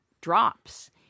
drops